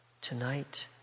tonight